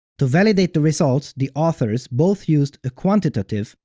to validate the results, the authors both used a quantitative,